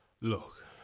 Look